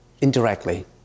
indirectly